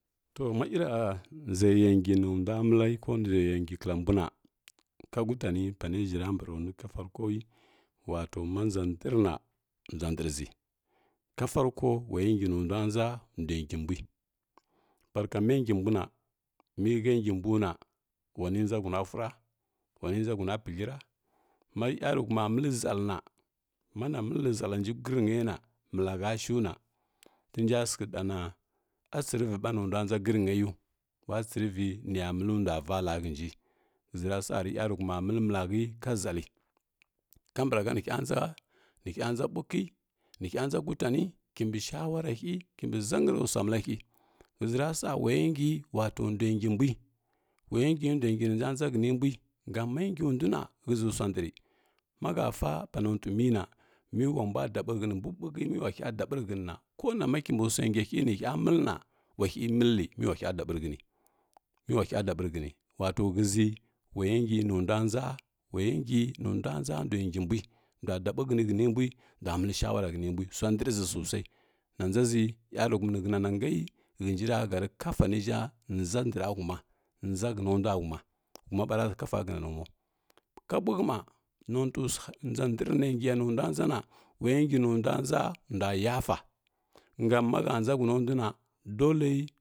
Tomaira nʒaya ngi nundua məli ko nʒaye ngi nlambuna kakutani pane ʒhərambara nuka farkowi wato manʒa ndrna nʒa ndrʒi ka farko waya ngi nunda nʒa ndui ngi mbui barka mengi mbuna mihəngi mbuna wani nzla huna vura wani nʒa hunu pighəra mari yaruhuma məli zaləna mlana məli ʒalənji grinya na malahəshuna tirja sighə ɗana a tsiriviba nundua nʒa grinyau ulatsirivi niya məli ndua vala hənji ghəʒira sa ni yaruhuma məli malahə ka zalə kambrahə nihə nʒa nihə nʒa ɓuki nihə nʒa kutani, kimbi shaularahə kimbi zagrasuaməli hə ghəzi rasa waya ngi wato ndva ngi mbui waya ngi ndua ngi ninsa nʒa həni mbui sam ma nginduna ʒhəʒisua ndri mahə sa panotui mina miwambua daɓihəni, mbu ɓuki miwahə daɓirihənina konama kimbusuangi hənehə məlina wahə məli miulahə daɓiri həni miulahə daɓirihəni wato ghəʒi ulaya ngi nundua nʒa, waya ngi nuddua nʒa ndui ngim bui ndua daɓihəni hənimbui ndua məlishaulara hənimbui sua ndriʒi sosai, nanʒazi yaruhumi nihənanngai hənji rahəri kafa niʒhə nʒa ndrahuma nʒa həna ndua huma huma ɓara hə kasa hənanahumau ka ɓuhə mba notusua nʒa ndr na ngiya nundua nʒa na waya ngi nundua nʒa ndua yafa gam mahə nʒa hunanduna dolei.